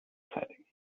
exciting